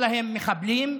בבקשה.